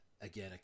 again